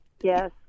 Yes